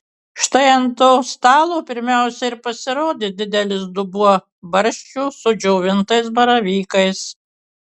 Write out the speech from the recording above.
štai ant to stalo pirmiausia ir pasirodė didelis dubuo barščių su džiovintais baravykais